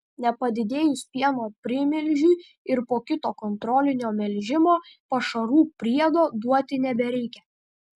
nepadidėjus pieno primilžiui ir po kito kontrolinio melžimo pašarų priedo duoti nebereikia